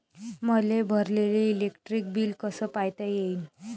मले भरलेल electric bill कस पायता येईन?